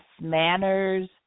manners